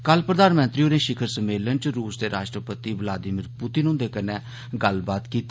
कल प्रधानमंत्री होरें शिखर सम्मेलन च रूस दे राष्ट्रपति ब्लादिमीर पुतिन हुंदे कन्नै गल्लबात कीती